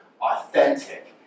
authentic